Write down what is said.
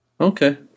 Okay